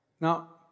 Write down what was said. Now